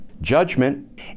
judgment